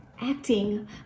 acting